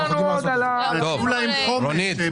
ולמרות זה אנשים קונים ושותים,